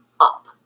up